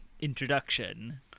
introduction